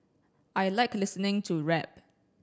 I like listening to rap